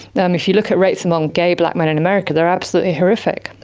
um if you look at rates among gay black men in america they are absolutely horrific.